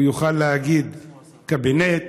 הוא יוכל להגיד קבינט,